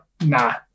Nah